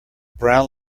brown